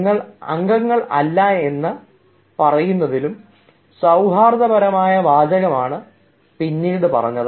നിങ്ങൾ അംഗങ്ങൾ അല്ല എന്നു പറയുന്നതിലും സൌഹാർദ്ദപരമായ വാചകമാണ് പിന്നീട് പറഞ്ഞത്